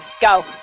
go